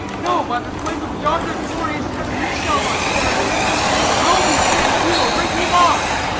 no, by the flame of yonder glorious heaven, he shall not carry him i'll be ta'en too, or bring him off.